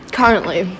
currently